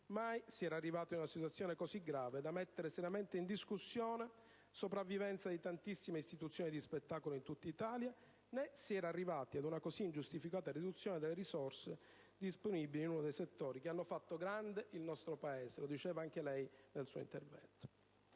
Mai si era arrivati ad una situazione così grave da mettere seriamente in discussione la sopravvivenza di tantissime istituzioni di spettacolo in tutta Italia, né si era arrivati ad una così ingiustificata riduzione delle risorse disponibili in uno dei settori che hanno fatto grande il nostro Paese, come diceva anche lei nel suo intervento.